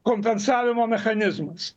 kompensavimo mechanizmas